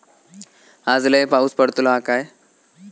आज लय पाऊस पडतलो हा काय?